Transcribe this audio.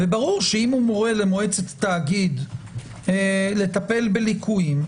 ברור שאם הוא מורה למועצת התאגיד לטפל בליקויים,